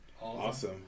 awesome